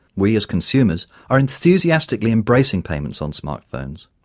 we as consumers are enthusiastically embracing payments on smart phones.